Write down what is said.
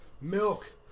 Milk